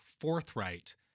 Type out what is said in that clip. forthright